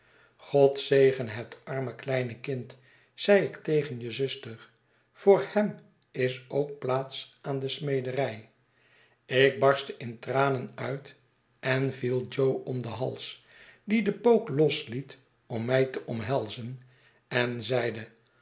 god zegene het arme kleine kind zeiik tegen je zuster voor hem is ook plaats aan de smederij ik barstte in tranen uit en viel jo om den hals die den pook losliet om mij te omhelzen en zeide